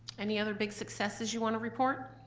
any other big successes you wanna report?